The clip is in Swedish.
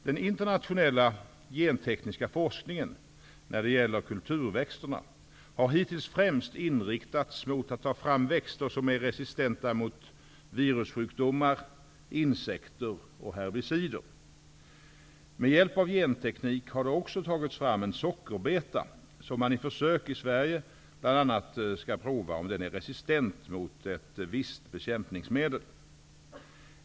Den internationella gentekniska forskningen när det gäller kulturväxterna har hittills främst inriktats på att ta fram växter som är resistenta mot virussjukdomar, insekter och herbicider. Med hjälp av genteknik har det också tagits fram en sockerbeta. I försök i Sverige bl.a. skall man prova om den är resistent mot ett visst bekämpningsmedel.